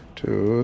two